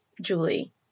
Julie